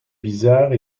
bizarre